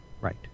Right